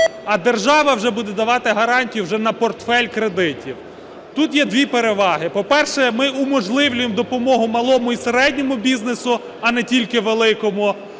а держава вже буде давати гарантію вже на портфель кредитів. Тут є дві переваги, по-перше, ми уможливлюємо допомогу малому і середньому бізнесу, а не тільки великому,